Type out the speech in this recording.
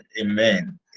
Amen